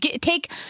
Take